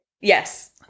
Yes